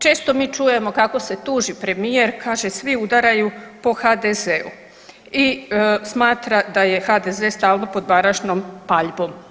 Često mi čujemo kako se tuži premijer kaže svi udaraju po HDZ-u i smatra da je HDZ stalno baražnom paljbom.